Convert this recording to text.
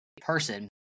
Person